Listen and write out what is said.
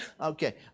Okay